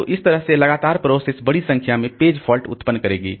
तो इस तरह से लगातार प्रोसेस बड़ी संख्या में पेज फॉल्ट उत्पन्न करेगी